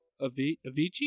Avicii